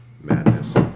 madness